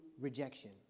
rejection